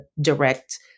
direct